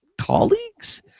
colleagues